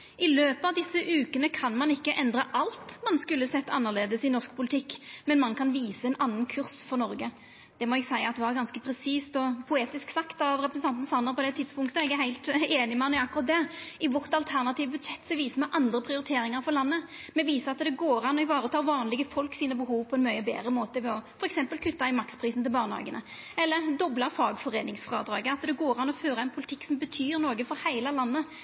«I løpet av disse ukene kan man ikke endre alt man skulle sett annerledes i norsk politikk, men man kan vise en annen kurs for Norge.» Det må eg seia var ganske presist og poetisk sagt av representanten Sanner, på det tidspunktet. Eg er heilt einig med han i akkurat det. I vårt alternative budsjett viser me andre prioriteringar for landet. Me viser at det går an å vareta behova til vanlege folk på en mykje betre måte, ved f.eks. å kutta i maksprisen til barnehagane eller dobla fagforeiningsfrådraget – at det går an å føra ein politikk som betyr noko for heile landet,